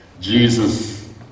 Jesus